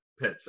pitch